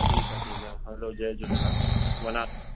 ठीकु आहे ठीकु आहे हलो जय झूलेलाल वञा